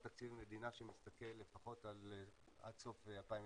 אושר תקציב מדינה שמסתכל לפחות עד סוף 2021